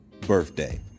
birthday